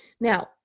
Now